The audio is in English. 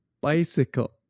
bicycle